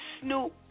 Snoop